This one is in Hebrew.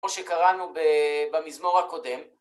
כמו שקראנו במזמור הקודם.